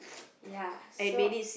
ya so